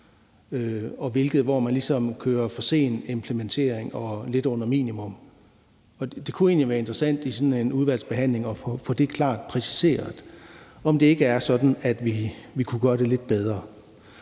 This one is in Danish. ligesom kører en for sen implementering, der også ligger lidt under minimum. Det kunne egentlig være interessant i sådan en udvalgsbehandling at få klart præciseret, om det ikke er sådan, at vi kunne gøre det lidt bedre.